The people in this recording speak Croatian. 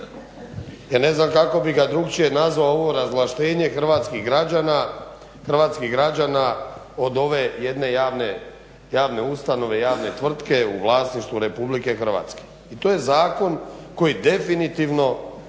Ja ne znam kako bih ga drugačije nazvao ovo razvlaštenje hrvatskih građana, od ove jedne javne ustanove od javne tvrtke u vlasništvu RH. I to je zakon koji definitivno